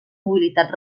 mobilitat